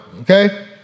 Okay